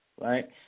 right